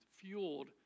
fueled